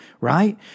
right